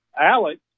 Alex